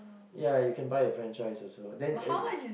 ya you can buy a franchise also then